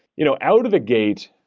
you know out of a gate,